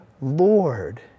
Lord